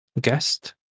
guest